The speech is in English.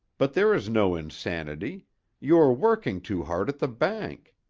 but there is no insanity you are working too hard at the bank.